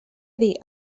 dir